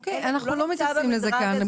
אוקי, אנחנו לא מתייחסים לזה כאן.